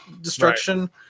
destruction